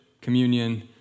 communion